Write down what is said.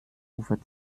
ufer